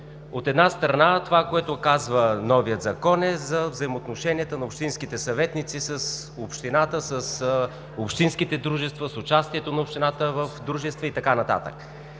От една страна, това, което казва новият закон, е за взаимоотношенията на общинските съветници с общината, с общинските дружества, с участието на общината в дружества и така нататък.